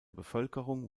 bevölkerung